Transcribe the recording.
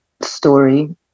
story